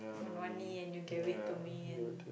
on one knee and you gave it to me and